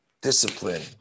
discipline